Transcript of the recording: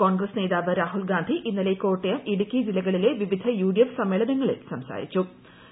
കോൺഗ്രസ് നേതാവ് രാഹുൽ ഗാന്ധി ഇന്നലെ കോട്ടയം ഇടുക്കി ജില്ലകളിലെ വിവിധ യുഡിഎഫ് സമ്മേളനങ്ങളിൽ സംസാരിച്ചു